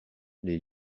les